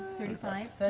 thirty five